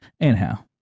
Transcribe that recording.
anyhow